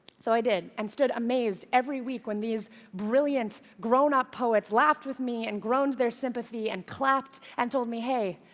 so i did and stood amazed every week when these brilliant, grown-up poets laughed with me and groaned their sympathy and clapped and told me, hey,